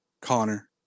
Connor